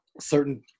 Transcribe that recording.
certain